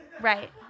Right